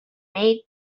made